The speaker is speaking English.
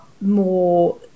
more